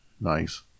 Nice